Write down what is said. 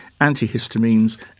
antihistamines